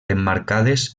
emmarcades